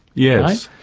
yes.